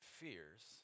fears